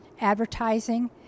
advertising